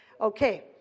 Okay